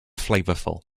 flavorful